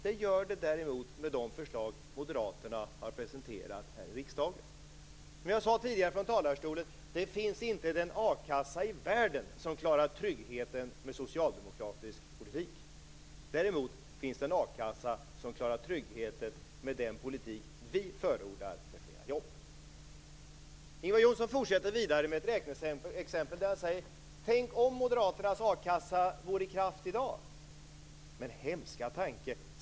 Det gör det däremot med de förslag som Moderaterna har presenterat här i riksdagen. Som jag sade tidigare från talarstolen så finns det inte den akassa i världen som klarar tryggheten med socialdemokratisk politik. Däremot finns det en a-kassa som klarar tryggheten med den politik Moderaterna förordar för fler jobb. Ingvar Johnsson fortsätter vidare med ett räkneexempel där han säger: Tänk om Moderaternas a-kassa vore i kraft i dag. Hemska tanke!